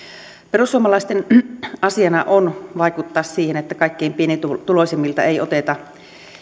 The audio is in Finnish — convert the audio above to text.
perussuomalaisten asiana on vaikuttaa siihen että kaikkein pienituloisimmilta ei oteta